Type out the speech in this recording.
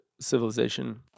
civilization